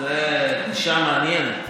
זאת גישה מעניינת.